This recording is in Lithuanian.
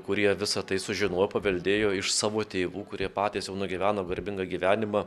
kurie visa tai sužinojo paveldėjo iš savo tėvų kurie patys jau nugyveno garbingą gyvenimą